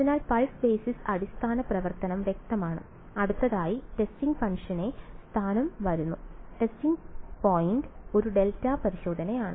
അതിനാൽ pulse basis അടിസ്ഥാന പ്രവർത്തനം വ്യക്തമാണ് അടുത്തതായി ടെസ്റ്റിംഗ് ഫംഗ്ഷന്റെ സ്ഥാനം വരുന്നു ടെസ്റ്റിംഗ് പോയിന്റ് ഒരു ഡെൽറ്റ പരിശോധനയാണ്